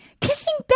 Kissing